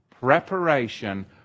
preparation